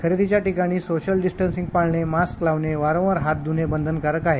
खरेदीच्या ठिकाणी social distancing पाळणे मास्क लावणे वारंवार हात धुणे बंधनकारक आहे